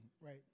right